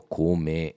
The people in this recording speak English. come